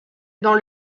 dans